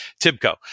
TIBCO